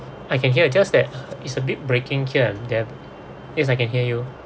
I can hear just that it's a bit breaking here and there yes I can hear you